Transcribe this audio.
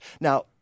Now